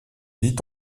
vit